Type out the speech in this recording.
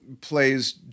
plays